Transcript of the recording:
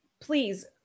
please